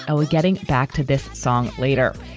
ah we're getting back to this song later.